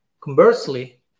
Conversely